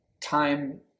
time